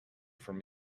from